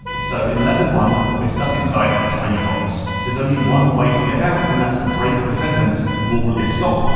so in level one, we're stuck inside a tiny box. there's only one way to get out and that's to break the sentence wall is stop,